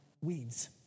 Weeds